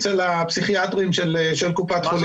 אצל הפסיכיאטרים של קופת חולים.